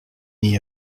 n’y